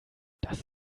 das